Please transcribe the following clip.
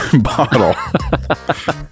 bottle